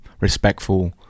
respectful